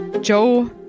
Joe